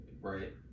Right